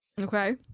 Okay